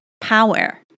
power